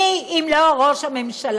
מי אם לא ראש הממשלה,